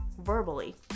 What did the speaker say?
verbally